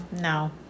no